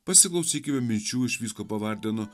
pasiklausykime minčių iš vyskupo vardeno